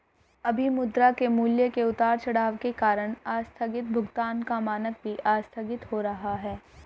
अभी मुद्रा के मूल्य के उतार चढ़ाव के कारण आस्थगित भुगतान का मानक भी आस्थगित हो रहा है